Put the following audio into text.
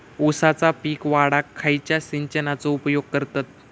ऊसाचा पीक वाढाक खयच्या सिंचनाचो उपयोग करतत?